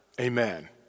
amen